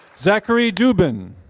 zachary dubin.